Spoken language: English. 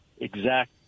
exact